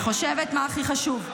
אני חושבת מה הכי חשוב.